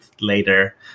later